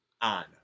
on